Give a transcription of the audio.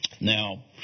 Now